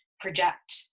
project